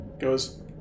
goes-